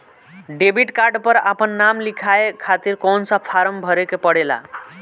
Debit card पर आपन नाम लिखाये खातिर कौन सा फारम भरे के पड़ेला?